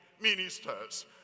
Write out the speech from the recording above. ministers